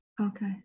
Okay